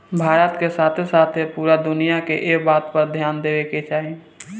भारत के साथे साथे पूरा दुनिया के एह बात पर ध्यान देवे के चाही